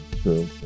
true